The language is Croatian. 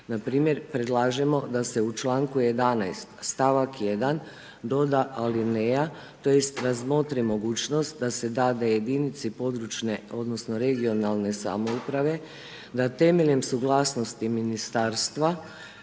Npr. predlažemo da se u čl. 11., st. 1. doda alineja tj. razmotri mogućnost da se dade jedinici područne odnosno regionalne samouprave da temeljem suglasnosti Ministarstva